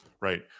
right